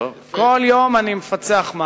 כל יום אני מפצח משהו.